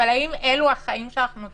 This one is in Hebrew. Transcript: אבל האם אלו החיים שאנחנו צריכים?